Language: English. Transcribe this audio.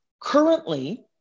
Currently